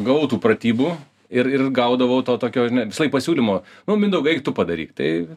gavau tų pratybų ir ir gaudavau to tokio žinai visąlaik pasiūlymo nu mindaugai eik tu padaryk tai